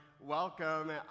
welcome